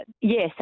Yes